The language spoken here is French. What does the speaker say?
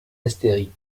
astérisque